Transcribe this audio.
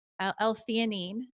L-theanine